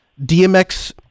DMX